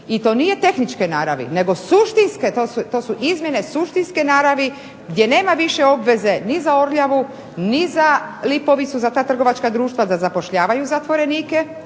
I to nije tehničke naravi nego suštinske, to su izmjene suštinske naravi gdje nema više obveze ni za Orljavu ni za Lipovicu za ta trgovačka društva da zapošljavaju zatvorenike.